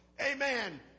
Amen